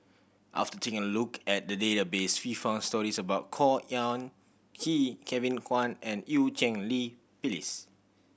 after taking a look at the database we found stories about Khor Ean Ghee Kevin Kwan and Eu Cheng Li Phyllis